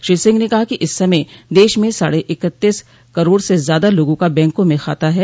श्री सिंह ने कहा कि इस समय देश में साढ़े इकतीस करोड़ से ज्यादा लोगों का बैंकों में खाता है